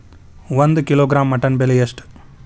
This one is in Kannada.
ಒಂದು ಕಿಲೋಗ್ರಾಂ ಮಟನ್ ಬೆಲೆ ಎಷ್ಟ್?